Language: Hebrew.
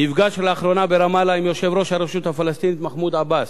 נפגש לאחרונה ברמאללה עם יושב-ראש הרשות הפלסטינית מחמוד עבאס,